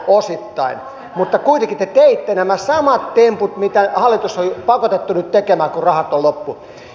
mutta kuitenkin te teitte nämä samat temput mitä hallitus on pakotettu nyt tekemään kun rahat on loppu